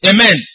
Amen